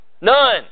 None